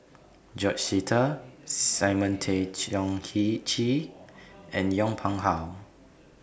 George Sita Simon Tay Seong Chee and Yong Pung How